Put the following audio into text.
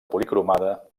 policromada